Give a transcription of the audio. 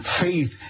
faith